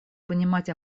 понимать